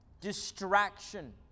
distraction